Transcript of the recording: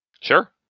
Sure